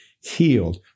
healed